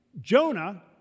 Jonah